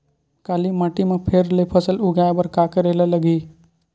काली माटी म फेर ले फसल उगाए बर का करेला लगही?